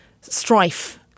strife